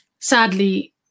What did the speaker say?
sadly